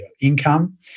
income